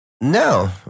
No